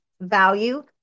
value